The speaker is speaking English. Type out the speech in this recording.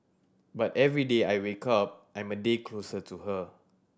but every day I wake up I'm a day closer to her